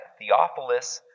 Theophilus